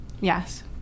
yes